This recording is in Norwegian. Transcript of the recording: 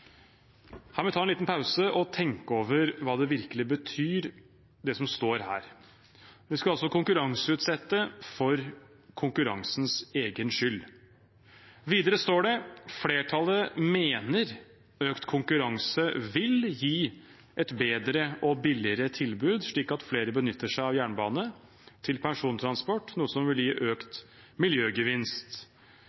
Her må vi ta en liten pause og tenke over hva det virkelig betyr, det som står her. Vi skal altså konkurranseutsette for konkurransens egen skyld. Videre står det: «Flertallet mener at økt konkurranse vil gi et bedre og billigere tilbud, slik at flere benytter seg av jernbane til persontransport, noe som vil gi